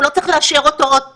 הוא לא צריך לאשר אותו עוד פעם.